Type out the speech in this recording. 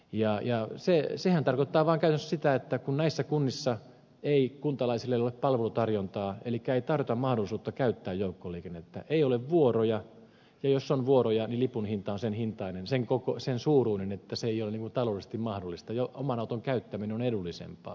sehän tarkoittaa käytännössä vain sitä että kun näissä kunnissa ei kuntalaisille ole palvelutarjontaa elikkä ei tarjota mahdollisuutta käyttää joukkoliikennettä ei ole vuoroja ja jos on vuoroja niin lipun hinta on sen suuruinen että se ei ole taloudellisesti mahdollista niin oman auton käyttäminen on edullisempaa